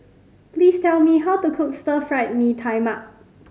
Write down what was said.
please tell me how to cook Stir Fried Mee Tai Mak